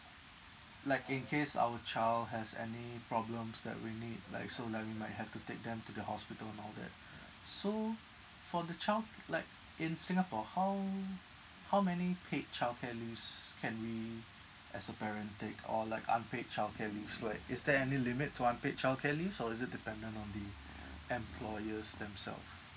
like in case our child has any problems that we need like so like we might have to take them to the hospital and all that so for the child like in singapore how how many paid childcare leaves can we as a parent take or like unpaid childcare leaves like is there any limit to unpaid childcare leaves or is it dependent on the employers themselves